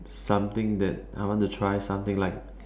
something that I want to try something like